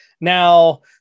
Now